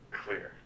clear